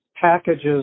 packages